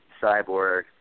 Cyborg